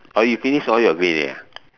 oh you finish all your green already ah